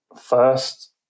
first